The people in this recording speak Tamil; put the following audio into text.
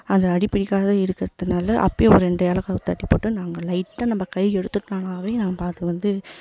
அது அடிப்பிடிக்காம இருக்கிறத்துனால அப்பவே ஒரு ரெண்டு ஏலக்காவை தட்டி போட்டு நாங்கள் லைட்டாக நம்ம கை எடுத்துட்டோன்னாலே நம்ம அது வந்து